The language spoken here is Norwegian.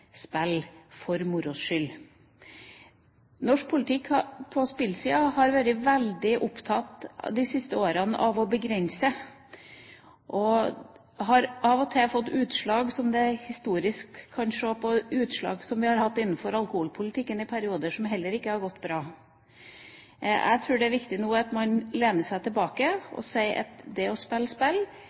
for moro skyld. Norsk politikk på spillsiden har de siste årene vært veldig opptatt av å begrense, og det har av og til fått utslag som en historisk har kunnet se innenfor alkoholpolitikken i perioder, som heller ikke har gått bra. Jeg tror det er viktig at man nå lener seg tilbake og sier at det å spille spill